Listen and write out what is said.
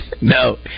no